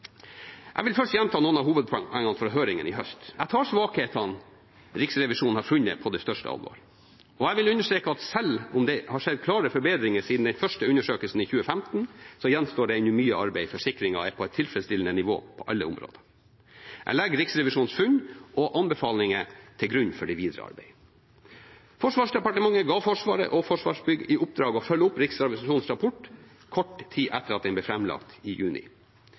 Jeg vil først gjenta noen av hovedpoengene fra høringen i høst. Jeg tar svakhetene Riksrevisjonen har funnet, på det største alvor. Jeg vil understreke at selv om det har skjedd klare forbedringer siden den første undersøkelsen i 2015, gjenstår det ennå mye arbeid før sikringen er på et tilfredsstillende nivå på alle områder. Jeg legger Riksrevisjonens funn og anbefalinger til grunn for det videre arbeidet. Forsvarsdepartementet ga Forsvaret og Forsvarsbygg i oppdrag å følge opp Riksrevisjonens rapport kort tid etter at den ble framlagt i juni.